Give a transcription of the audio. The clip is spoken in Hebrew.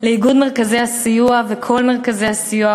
לאיגוד מרכזי הסיוע ולכל מרכזי הסיוע,